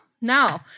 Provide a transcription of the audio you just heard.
no